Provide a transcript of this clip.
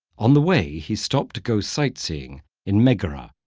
on the way, he stopped to go sightseeing in megara,